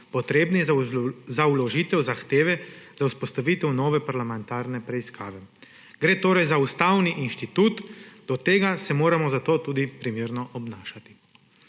potrebni za vložitev zahteve za vzpostavitev nove parlamentarne preiskave. Gre torej za ustavni inštitut, do tega se moramo zato tudi primerno obnašati.